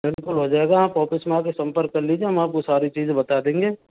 बिल्कुल हो जाएगा आप ऑफिस में आ के संपर्क कर लीजिए हम आपको सारी चीज़ें बता देंगे